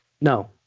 no